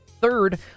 Third